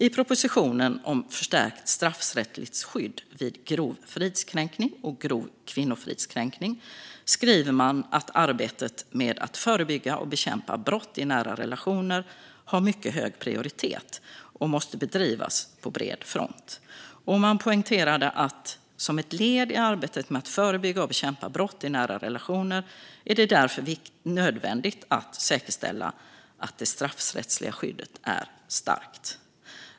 I propositionen om förstärkt straffrättsligt skydd vid grov fridskränkning och grov kvinnofridskränkning skriver man att arbetet med att förebygga och bekämpa brott i nära relationer har mycket hög prioritet och måste bedrivas på bred front. Man poängterade: "Som ett led i arbetet med att förebygga och bekämpa brott i nära relationer är det nödvändigt att säkerställa att det straffrättsliga skyddet är starkt".